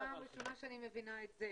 זו פעם ראשונה שאני מבינה את זה,